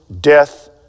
death